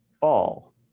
fall